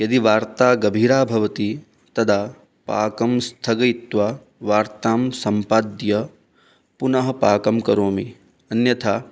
यदि वार्ता गभीरा भवति तदा पाकं स्थगयित्वा वार्तां सम्पाद्य पुनः पाकं करोमि अन्यथा